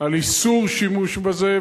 על איסור שימוש בזה,